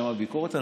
אני מניח,